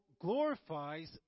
glorifies